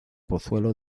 pozuelo